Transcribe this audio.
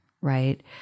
right